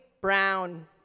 brown